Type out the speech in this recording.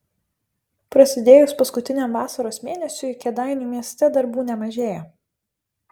prasidėjus paskutiniam vasaros mėnesiui kėdainių mieste darbų nemažėja